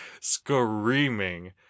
screaming